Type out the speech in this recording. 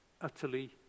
Utterly